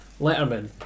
Letterman